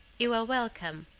you are welcome.